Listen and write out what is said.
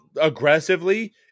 aggressively